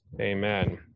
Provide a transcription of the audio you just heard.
amen